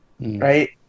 right